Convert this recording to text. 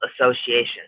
Association